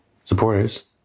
supporters